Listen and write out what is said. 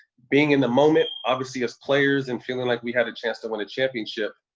being in the moment, obviously, as players and feeling like we had a chance to win a championship,